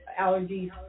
allergies